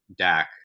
DAC